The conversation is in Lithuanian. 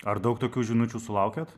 ar daug tokių žinučių sulaukiat